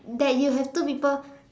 that you have two people